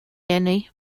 eni